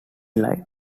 line